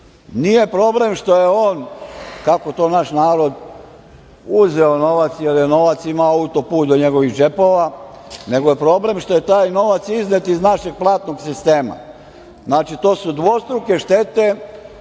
problem što je on, kako to naš narod kaže, uzeo novac, jer je novac imao auto-put do njegovih džepova, nego je problem što je taj novac iznet iz našeg platnog sistema. Znači, to su dvostruke štete